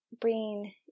bring